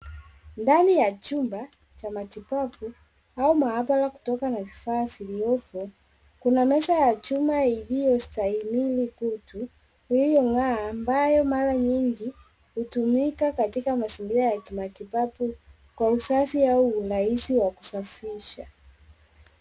Ndani ya chumba cha matibabu au maabara kutokana na vifaa vilivyopo, kuna meza ya chuma iliyostahimili kutu iliyong'aa ambayo mara nyingi hutumika katika mazingira ya kimatibabu kwa usafi au urahisi wa kusafisha.